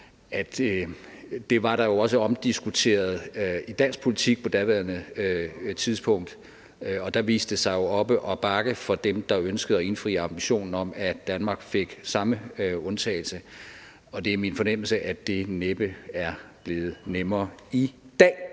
var omdiskuteret i dansk politik, og der viste det sig jo at være op ad bakke for dem, der ønskede at indfri ambitionen om, at Danmark fik samme undtagelse. Det er min fornemmelse, at det næppe er blevet nemmere i dag,